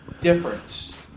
difference